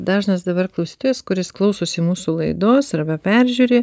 dažnas dabar klausytojas kuris klausosi mūsų laidos arba peržiūri